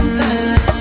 time